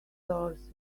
dollars